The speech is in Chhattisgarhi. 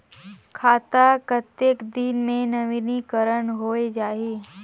खाता कतेक दिन मे नवीनीकरण होए जाहि??